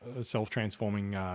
self-transforming